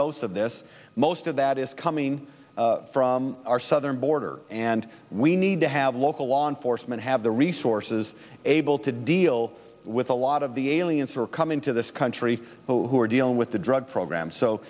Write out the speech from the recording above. dose of this most of that is coming from our southern border and we need to have local law enforcement have the resources able to deal with a lot of the aliens who are coming to this country who are dealing with the drug program